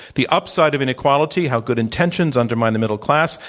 the upside of inequality how good intentions undermine the middle class.